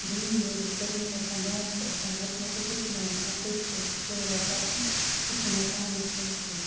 زمیٖندٲری کٔرمٕژ چھِ آسان دانہِ چھُ آسان ووتمُت تہٕ سُہ چھ نِوان تِمَن تیٚتھ سۭتۍ سہلاب وا سُہ چھُ نِوان پانَس سۭتۍ